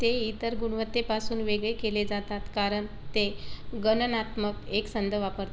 ते इतर गुणवत्तेपासून वेगळे केले जातात कारण ते गणनात्मक एकसंध वापर